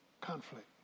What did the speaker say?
Conflict